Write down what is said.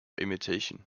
imitation